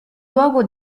luogo